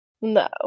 No